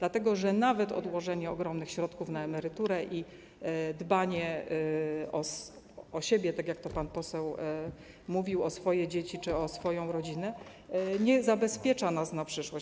Nawet odłożenie ogromnych środków na emeryturę i dbanie o siebie - tak jak to pan poseł mówił: o swoje dzieci czy o swoją rodzinę - nie zabezpiecza nas na przyszłość.